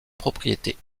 propriétés